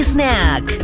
Snack